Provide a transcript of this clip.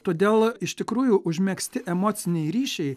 todėl iš tikrųjų užmegzti emocinai ryšiai